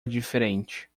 diferente